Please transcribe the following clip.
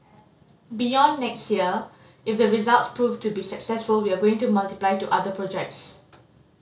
beyond next year if the results proved to be successful we are going to multiply to other projects